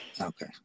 okay